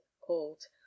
called